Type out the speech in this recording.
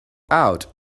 out